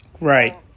Right